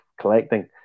collecting